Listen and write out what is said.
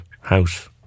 house